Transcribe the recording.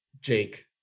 Jake